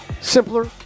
simpler